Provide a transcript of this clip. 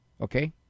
Okay